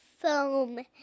foam